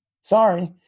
sorry